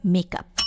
Makeup